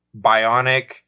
bionic